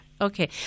Okay